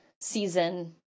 season